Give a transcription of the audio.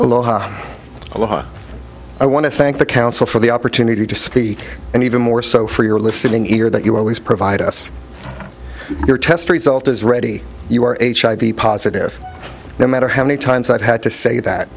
aloha i want to thank the council for the opportunity to speak and even more so for your listening ear that you always provide us your test result is ready you are hiv positive no matter how many times i've had to say that